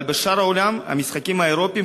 אבל בשאר העולם המשחקים האירופיים,